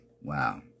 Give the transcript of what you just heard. Wow